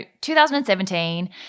2017